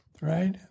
Right